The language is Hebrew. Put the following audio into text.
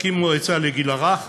להקים מועצה לגיל הרך,